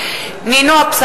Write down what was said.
(קוראת בשמות חברי הכנסת) נינו אבסדזה,